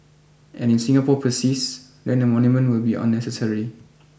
and if Singapore persists then a monument will be unnecessary